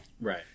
Right